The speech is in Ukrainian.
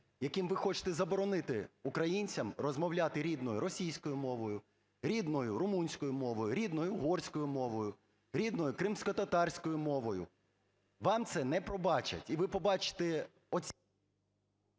яким ви хочете заборонити українцям розмовляти рідною російською мовою, рідною румунською мовою, рідною угорською мовою, рідною кримськотатарською мовою. Вам це не пробачать, і ви побачите…